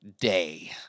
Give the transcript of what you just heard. day